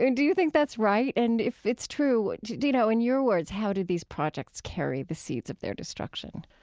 do you think that's right? and if it's true, do do you know in your words, how do these projects carry the seeds of their destruction?